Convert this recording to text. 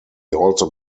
also